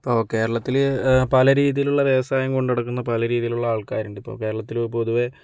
ഇപ്പോൾ കേരളത്തിൽ പല രീതിയിലുള്ള വ്യവസായം കൊണ്ട് നടക്കുന്ന പല രീതിയിലുള്ള ആൾക്കാരുണ്ട് ഇപ്പം കേരളത്തിൽ പൊതുവെ